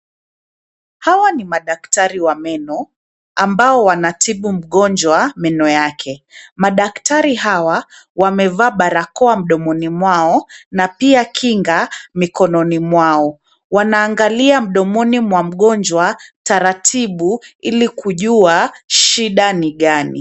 Hawa ni madaktari wa meno, ambao wanatibu mgonjwa meno yake. Madaktari hawa wamevaa barakoa mdomoni mwao na pia kinga mikononi mwao. Wanaangalia mdomoni mwa mgonjwa taratibu ili kujua shida ni gani.